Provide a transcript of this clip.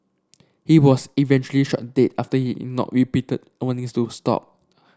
he was eventually shot dead after he ignored repeated warnings to stop